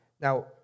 Now